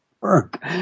work